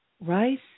rice